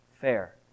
fair